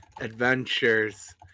adventures